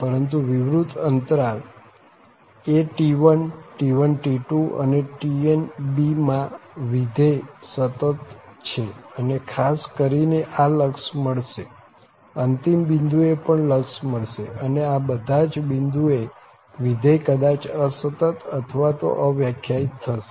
પરંતુ વિવૃત અંતરાલ at1 t1t2 અને tnb માં વિધેય સતત છે અને ખાસ કરી ને આ લક્ષ મળશે અંતિમ બિંદુ એ પણ લક્ષ મળશે અને આ બધા જ બિંદુ એ વિધેય કદાચ અસતત અથવા તો અવ્યાખ્યાયિત થશે